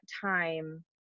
time